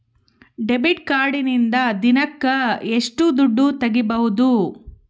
Debit ಕಾರ್ಡಿನಿಂದ ದಿನಕ್ಕ ಎಷ್ಟು ದುಡ್ಡು ತಗಿಬಹುದು?